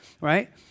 Right